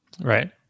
Right